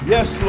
Yes